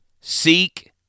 seek